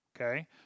okay